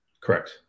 Correct